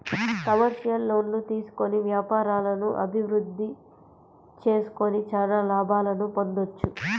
commercial లోన్లు తీసుకొని వ్యాపారాలను అభిరుద్ధి చేసుకొని చానా లాభాలను పొందొచ్చు